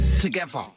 Together